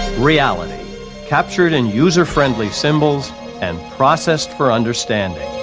reality captured in user friendly symbols and processed for understanding.